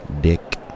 Dick